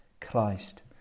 Christ